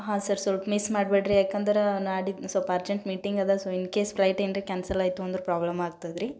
ಹಾಂ ಸರ್ ಸೊಲ್ಪ ಮಿಸ್ ಮಾಡ್ಬ್ಯಾಡ್ರಿ ಯಾಕಂದ್ರೆ ನಾಡಿದ್ದು ಸೊಲ್ಪ ಅರ್ಜೆಂಟ್ ಮೀಟಿಂಗ್ ಅದ ಸೊ ಇನ್ಕೇಸ್ ಫ್ಲೈಟ್ ಏನ್ರ ಕ್ಯಾನ್ಸಲ್ ಆಯಿತು ಅಂದ್ರೆ ಪ್ರಾಬ್ಲಮ್ ಆಗ್ತದ್ರಿ